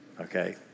Okay